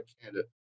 candidate